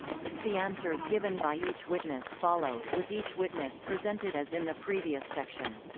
the answers given by each witness follow, with each witness presented as in the previous section.